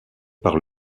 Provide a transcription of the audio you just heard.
par